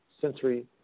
sensory